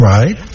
Right